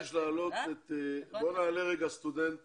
בואו נעלה רגע סטודנט